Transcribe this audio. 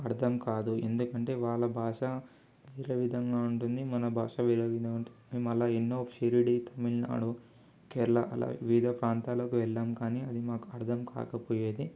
అర్థంకాదు ఎందుకంటే వాళ్ళ భాష వేరే విధంగా ఉంటుంది మన భాష వేరే విధంగా ఉంటుంది మేము అలా ఎన్నో షిరిడి తమిళనాడు కేరళ అలా వివిధ ప్రాంతాలకి వెళ్ళాం కానీ అది మాకు అర్థంకాకపోయేది